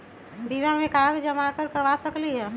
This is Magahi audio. बीमा में कागज जमाकर करवा सकलीहल?